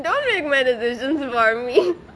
don't make my decisions for me